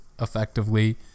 effectively